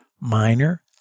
minor